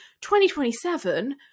2027